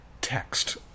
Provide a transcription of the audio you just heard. text